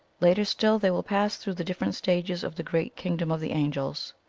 later still they will pass through the different stages of the great kingdom of the angels.